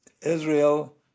Israel